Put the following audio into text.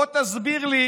בוא תסביר לי